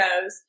goes